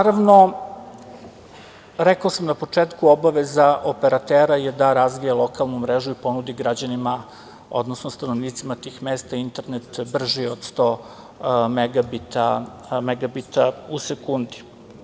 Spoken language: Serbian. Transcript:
Rekao sam na početku, obaveza operatera je da razvije lokalnu mrežu i ponudi građanima, odnosno stanovnicima tih mesta internet brži od 100 MB u sekundi.